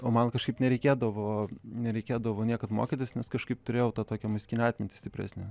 o man kažkaip nereikėdavo nereikėdavo niekad mokytis nes kažkaip turėjau tokią muzikinę atmintį stipresnę